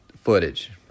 footage